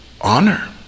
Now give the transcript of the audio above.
honor